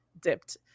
dipped